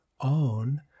own